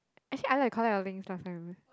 actually I like to collect a lot of things last time eh